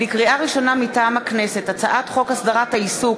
לקריאה ראשונה, מטעם הכנסת: הצעת חוק הסדרת העיסוק